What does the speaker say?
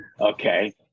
Okay